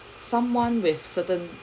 someone with certain